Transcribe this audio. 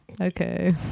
Okay